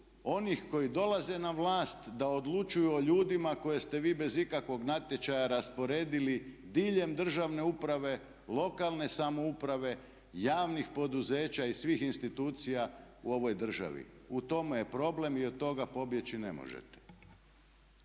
onih koji dolaze na vlast da odlučuju o ljudima koje ste vi bez ikakvog natječaja rasporedili diljem državne uprave, lokalne samouprave, javnih poduzeća i svih institucija u ovoj državi. U tome je problem i od toga pobjeći ne možete.